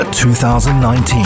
2019